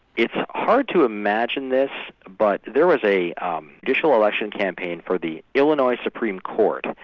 it's hard to imagine this, but there was a judicial election campaign for the illinois supreme court.